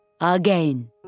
Again